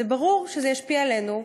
ברור שזה ישפיע עלינו,